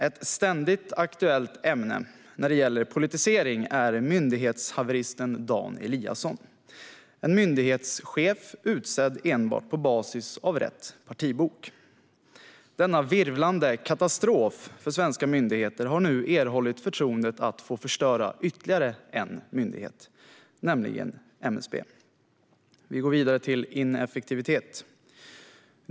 Ett ständigt aktuellt ämne när det gäller politisering är myndighetshaveristen Dan Eliasson, en myndighetschef utsedd enbart på basis av rätt partibok. Denna virvlande katastrof för svenska myndigheter har nu erhållit förtroendet att få förstöra ytterligare en myndighet, nämligen MSB. Vi går vidare till ineffektivitet.